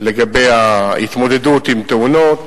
לגבי ההתמודדות עם תאונות,